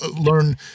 learn